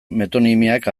metonimiak